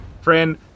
friend